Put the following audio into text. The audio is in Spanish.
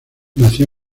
nació